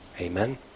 Amen